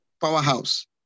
powerhouse